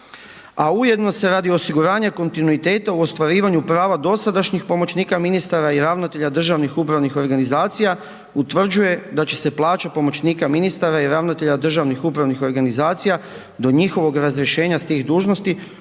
a ujedno se radi o osiguranju kontinuiteta u ostvarivanju prava dosadašnjih pomoćnika ministara i ravnatelja državnih upravnih organizacija, utvrđuje da će se plaća pomoćnika ministara i ravnatelja državnih upravnih organizacija, do njihovog razrješenja s tih dužnosti,